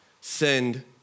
send